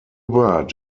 word